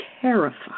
terrified